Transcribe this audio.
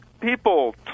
People